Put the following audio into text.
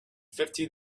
fifty